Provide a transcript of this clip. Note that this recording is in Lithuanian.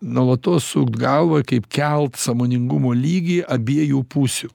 nuolatos sukt galvą kaip kelt sąmoningumo lygį abiejų pusių